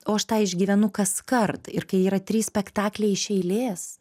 o aš tą išgyvenu kas kartą ir kai yra trys spektakliai iš eilės